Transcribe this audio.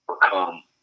become